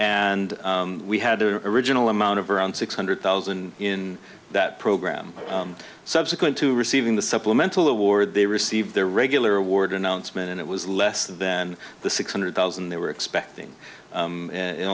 and we had to original amount of around six hundred thousand in that program subsequent to receiving the supplemental award they received their regular award announcement and it was less than the six hundred thousand they were expecting